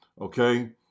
okay